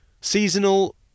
Seasonal